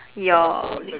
your next